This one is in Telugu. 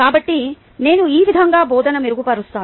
కాబట్టి నేను ఈ విధంగా బోధన మెరుగుపరుస్తాను